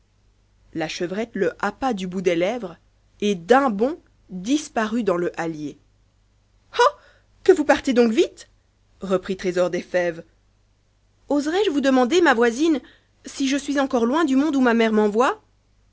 la chevrette le happa du bout des lèvres et d'un bond disparut dans le hallier oh que vous partez donc vite reprit trésor des fèves oserais-je vous demander ma voisine si je suis encore loin du monde où ma mère m'envoie